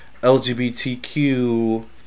LGBTQ